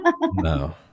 no